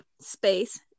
space